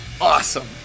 awesome